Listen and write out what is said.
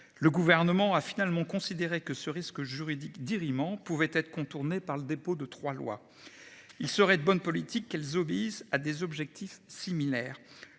Le gouvernement a finalement considéré que ce risque juridique dirimant pouvait être contourné par le dépôt de trois lois. Il serait de bonne politique qu'elles obéissent à des objectifs similaires.